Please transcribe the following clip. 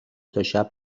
تاشب